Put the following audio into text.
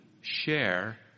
share